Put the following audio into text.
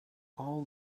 all